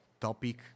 topic